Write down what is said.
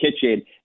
kitchen